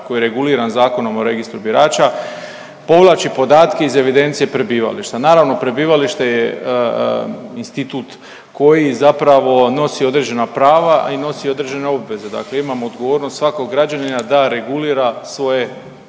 koji je reguliran Zakonom o registru birača povlači podatke iz evidencije prebivališta. Naravno prebivalište je institut koji zapravo nosi određena prava, a i nosi određene obveze. Dakle, imamo odgovornost svakog građanina da regulira svoje